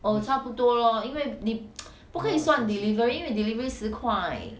oh 差不多 lor 因为你 不可以算 delivery 因为 delivery 十块